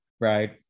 right